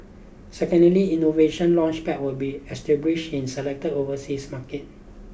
secondly Innovation Launchpads will be established in selected overseas markets